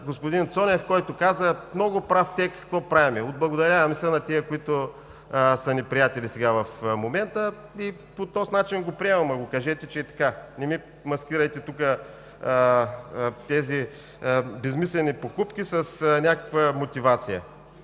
господин Цонев, който каза в много прав текст какво правим – отблагодаряваме се на тези, които са ни приятели сега в момента. По този начин го приемам, но кажете, че е така. Не ми маскирайте тук тези безсмислени покупки с някаква мотивация.